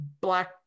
black